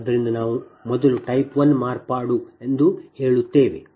ಆದ್ದರಿಂದ ಮೊದಲು ನಾವು ಟೈಪ್ ಒನ್ ಮಾರ್ಪಾಡು ಎಂದು ಹೇಳುತ್ತೇವೆ